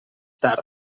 tard